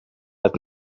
het